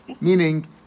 meaning